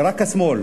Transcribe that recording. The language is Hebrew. ורק השמאל,